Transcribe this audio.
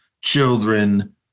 children